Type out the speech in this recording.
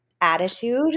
attitude